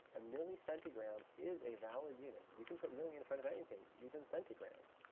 a millicentigram is a valid unit. you can put milli in front of anything, even centigrams.